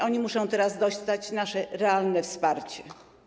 Oni muszą teraz dostać nasze realne wsparcie.